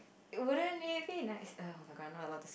wouldn't it be nice oh-my-god I'm not allowed to say